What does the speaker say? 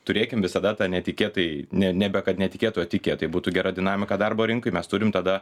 turėkim visada tą netikėtai ne nebe kad netikėto tikėtai būtų gera dinamika darbo rinkoj mes turim tada